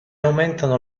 aumentano